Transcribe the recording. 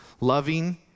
Loving